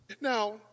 Now